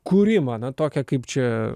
kūrimą tokia kaip čia